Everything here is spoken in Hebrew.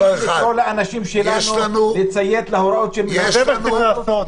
לקרוא לאנשים שלנו לציית להוראות משרד הבריאות.